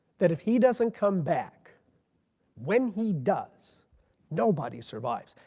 that if he doesn't come back when he does nobody survives.